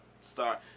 start